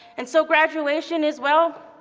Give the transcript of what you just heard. and so graduation is, well,